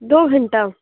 دو گھنٹہ